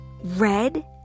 red